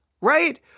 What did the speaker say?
right